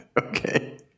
okay